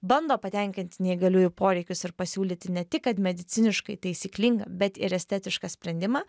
bando patenkinti neįgaliųjų poreikius ir pasiūlyti ne tik kad mediciniškai taisyklingą bet ir estetišką sprendimą